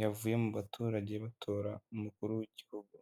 yavuye mu baturage batora umukuru w'igihugu.